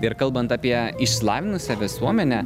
ir kalbant apie išsilavinusią visuomenę